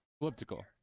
Elliptical